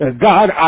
God